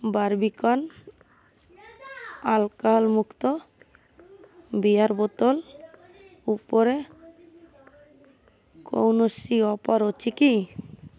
Barbican alcohol ମୁକ୍ତ beer ବୋତଲ ଉପରେ କୌଣସି ଅଫର୍ ଅଛି କି